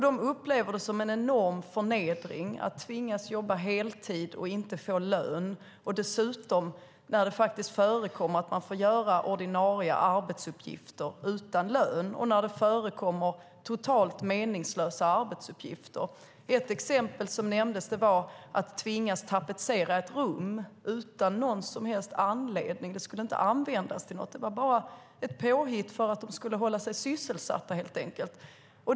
De upplever det som en enorm förnedring att tvingas jobba heltid och inte få lön. Dessutom förekommer det att man får utföra ordinarie arbetsuppgifter utan lön, och det förekommer också totalt meningslösa arbetsuppgifter. Ett exempel som nämndes var att tvingas tapetsera ett rum utan någon som helst anledning. Det skulle inte användas till något, utan det var bara ett påhitt för att de skulle hålla sig sysselsatta helt enkelt.